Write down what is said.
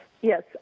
yes